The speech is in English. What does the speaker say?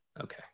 Okay